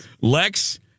Lex